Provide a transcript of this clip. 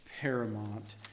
paramount